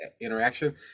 interaction